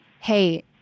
hey